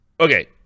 okay